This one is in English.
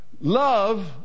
Love